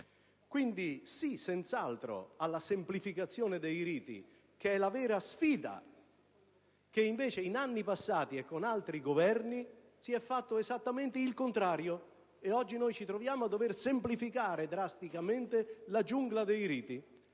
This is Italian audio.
Quindi sì, senz'altro, alla semplificazione dei riti, che rappresenta la vera sfida. In anni passati e con altri Governi, invece, si è fatto esattamente il contrario. Oggi ci troviamo a dover semplificare drasticamente la giungla dei riti,